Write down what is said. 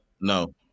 no